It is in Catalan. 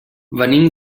venim